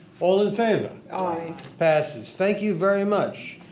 all in favor? aye! passes, thank you very much.